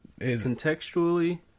contextually